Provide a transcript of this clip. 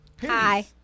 Hi